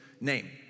name